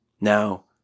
Now